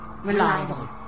Reliable